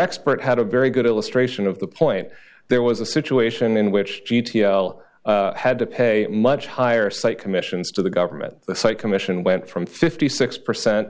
expert had a very good illustration of the point there was a situation in which g t l had to pay much higher site commissions to the government site commission went from fifty six percent